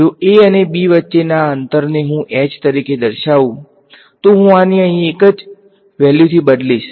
જો a અને b વચ્ચેના આ અંતરને હું h તરીકે દર્શાવું છું તો હું આને અહીં એક જ વેલ્યુથી બદલીશ